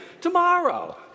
tomorrow